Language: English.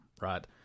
right